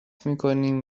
میکنیم